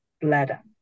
bladder